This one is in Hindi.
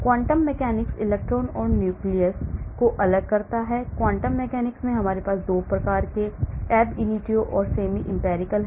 Quantum mechanics इलेक्ट्रॉनों और न्यूक्लियस को अलग करता है क्वांटम मैकेनिक्स में हमारे पास 2 प्रकार के अब इनिटियो और सेमी एम्पिरिकल हैं